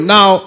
Now